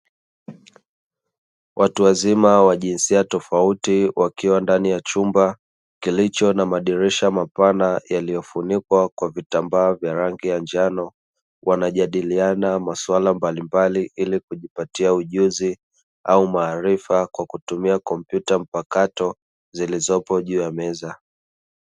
Watu wazima wa jinsia tofauti, wakiwa ndani ya chumba kilicho na madirisha mapana yaliyofunikwa kwa vitambaa vya rangi ya njano, wanajadiliana masuala mbalimbali ili kujipatia ujuzi au maarifa kwa kutumia kompyuta mpakato zilizopo juu ya meza.